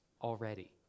already